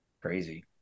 Crazy